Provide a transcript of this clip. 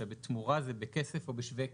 שבתמורה זה בכסף או בשווה כסף.